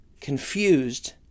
confused